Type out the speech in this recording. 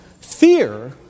Fear